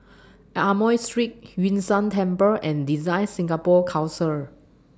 Amoy Street Yun Shan Temple and DesignSingapore Council